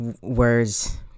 words